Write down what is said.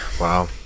wow